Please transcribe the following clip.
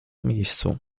miejscu